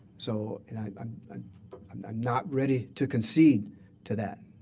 so and i'm i'm not ready to concede to that.